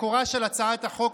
מקורה של הצעת החוק,